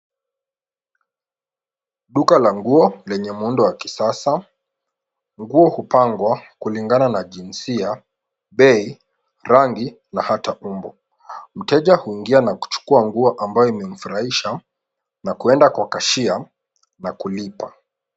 Duka la nguo lenye muundo wa kisasa. Nguo hupangwa kulingana na jinsia, bei, rangi na ata umbo. Mteja huingia na kuchukua nguo ambayo imemfurahisha na kuenda kwa cashier na kulipa.